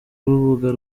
rubuga